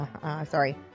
sorry